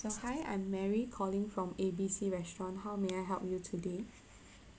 so hi I'm mary calling from A B C restaurant how may I help you today